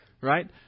Right